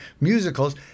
musicals